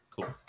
cool